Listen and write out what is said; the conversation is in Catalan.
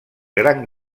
gran